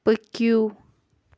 پٔکِو